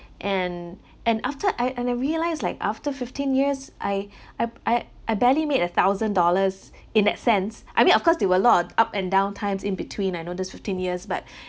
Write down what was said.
and and after I and I realised like after fifteen years I I I I barely made a thousand dollars in that sense I mean of course they were a lot on up and down times in I know this fifteen years but